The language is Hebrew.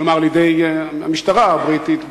כלומר על-ידי המשטרה הבריטית,